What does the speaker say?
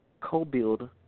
co-build